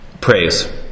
praise